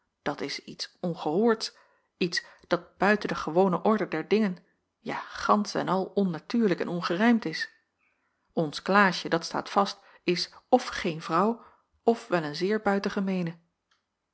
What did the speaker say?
dat is iets ongehoords iets dat buiten de gewone orde der dingen ja gansch en al onnatuurlijk en ongerijmd is ons klaasje dat staat vast is of geen vrouw of wel een zeer